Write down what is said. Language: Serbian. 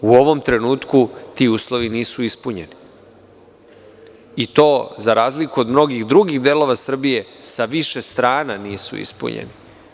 U ovom trenutku ti uslovi nisu ispunjeni i to, za razliku od mnogih drugih delova Srbije, sa više strana nisu ispunjeni.